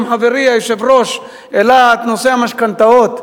חברי היושב-ראש גם העלה את נושא המשכנתאות,